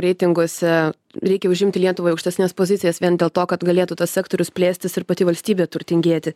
reitinguose reikia užimti lietuvai aukštesnes pozicijas vien dėl to kad galėtų tas sektorius plėstis ir pati valstybė turtingėti